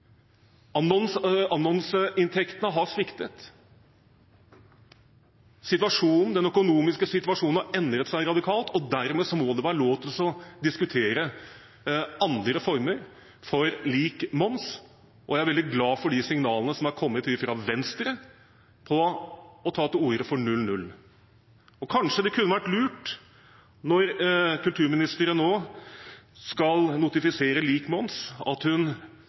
og dermed må det være lov til å diskutere andre former for lik moms. Jeg er veldig glad for de signalene som har kommet fra Venstre om å ta til orde for 0–0. Kanskje det kunne vært lurt når kulturministeren nå skal notifisere lik moms, at hun